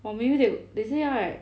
or maybe they the~ say right